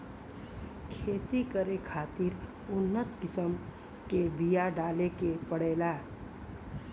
खेती करे खातिर उन्नत किसम के बिया डाले के पड़ेला